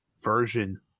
version